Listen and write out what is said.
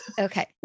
Okay